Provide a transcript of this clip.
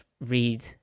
read